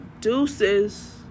deuces